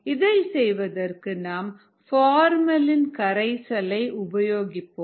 இதை செய்வதற்கு நாம் பார்மலின் கரைசலை உபயோகிப்போம்